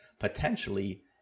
potentially